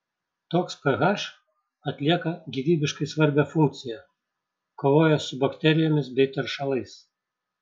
toks ph atlieka gyvybiškai svarbią funkciją kovoja su bakterijomis bei teršalais